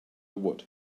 would